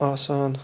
آسان